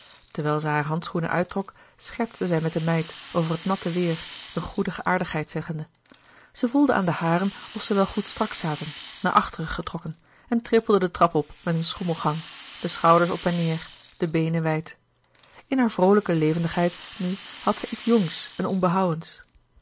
terwijl zij hare handschoenen uittrok schertste zij met de meid over het natte weêr een goedige aardigheid louis couperus de boeken der kleine zielen zeggende zij voelde aan de haren of ze wel goed strak zaten naar achteren getrokken en trippelde de trap op met een schommelgang de schouders op en neêr de beenen wijd in hare vroolijke levendigheid nu had zij iets jongs en onbehouwens